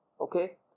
Okay